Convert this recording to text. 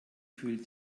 fühlt